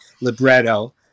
libretto